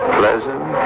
pleasant